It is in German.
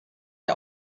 der